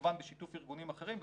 כמובן בשיתוף ארגונים אחרים.